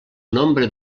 nombre